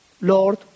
Lord